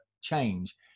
change